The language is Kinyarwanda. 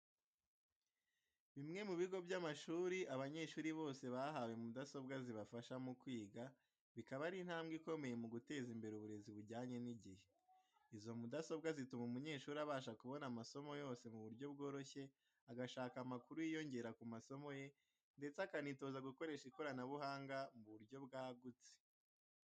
Bimwe mu bigo by'amashuri abanyeshuri bose bahawe mudasobwa zibafasha mu kwiga, bikaba ari intambwe ikomeye mu guteza imbere uburezi bujyanye n'igihe. Izo mudasobwa zituma umunyeshuri abasha kubona amasomo yose mu buryo bworoshye, agashaka amakuru yiyongera ku masomo ye, ndetse akanitoza gukoresha ikoranabuhanga mu buryo bwagutse.